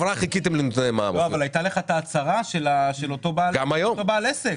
אבל הייתה לך את ההצהרה של אותו בעל עסק.